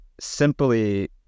simply